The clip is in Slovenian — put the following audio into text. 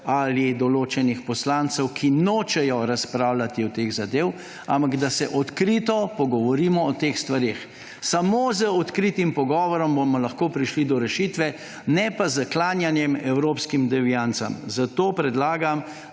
ali določenih poslancev, ki nočejo razpravljati o teh zadevah, ampak da se odkrito pogovorimo o teh stvareh. Samo z odkritim pogovorom bomo lahko prišli do rešitve, ne pa s klanjanjem evropskim deviancam. Zato predlagam,